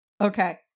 Okay